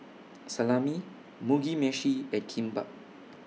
Salami Mugi Meshi and Kimbap